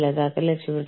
ഇത് വളരെ പ്രധാനമാണ്